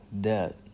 debt